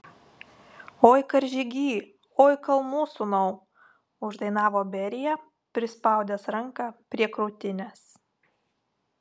oi karžygy oi kalnų sūnau uždainavo berija prispaudęs ranką prie krūtinės